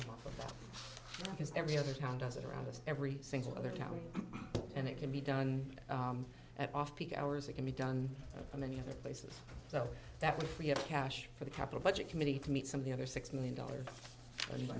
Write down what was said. them because every other town does it around us every single other county and it can be done at off peak hours it can be done in many other places so that would free up cash for the capital budget committee to meet some of the other six million dollars i